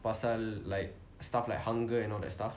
pasal like stuff like hunger and all that stuff